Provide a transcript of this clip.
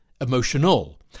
emotional